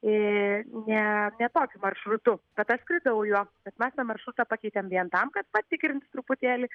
į ne tokiu maršrutu bet aš skridau juo bet mes tą maršrutą pakeitėm vien tam kad patikrint truputėlį